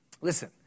listen